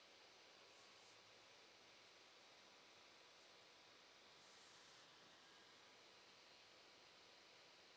>S>